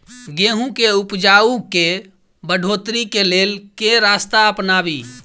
गेंहूँ केँ उपजाउ केँ बढ़ोतरी केँ लेल केँ रास्ता अपनाबी?